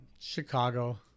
Chicago